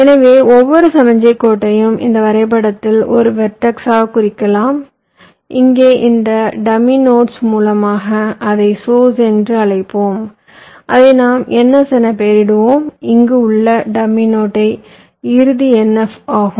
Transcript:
எனவே ஒவ்வொரு சமிக்ஞை கோட்டையும் இந்த வரைபடத்தில் ஒரு வெர்டெக்ஸாகக் குறிக்கலாம் இங்கே இந்த டம்மி நோட் மூலமாக அதை சோர்ஸ் என்று அழைப்போம் அதை நாம் ns என பெயரிடுவோம் இங்கே உள்ள டம்மி நோட் இறுதி nf ஆகும்